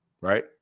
right